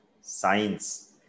science